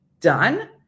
done